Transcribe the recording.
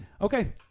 okay